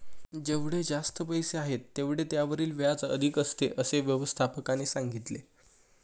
जेवढे जास्त पैसे आहेत, तेवढे त्यावरील व्याज अधिक असते, असे व्यवस्थापकाने सांगितले